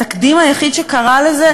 התקדים היחיד לזה,